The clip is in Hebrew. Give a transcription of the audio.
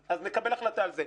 אז נקבל על החלטה על זה.